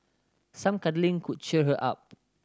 some cuddling could cheer her up